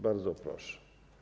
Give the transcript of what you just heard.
Bardzo proszę.